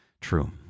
true